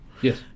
Yes